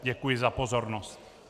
Děkuji za pozornost.